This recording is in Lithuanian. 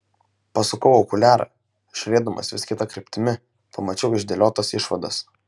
pasukau okuliarą žiūrėdamas vis kita kryptimi pamačiau išdėliotas išvadas